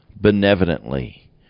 benevolently